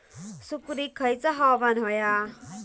सुपरिक खयचा हवामान होया?